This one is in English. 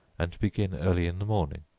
and begin early in the morning,